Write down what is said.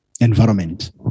environment